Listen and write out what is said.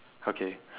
okay